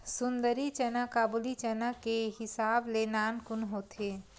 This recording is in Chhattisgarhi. सुंदरी चना काबुली चना के हिसाब ले नानकुन होथे